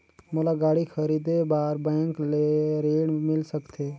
मोला गाड़ी खरीदे बार बैंक ले ऋण मिल सकथे?